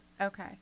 Okay